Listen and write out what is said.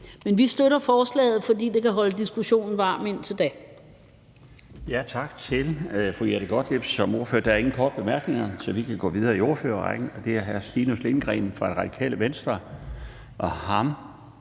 Men vi støtter forslaget, fordi det kan holde diskussionen varm indtil da.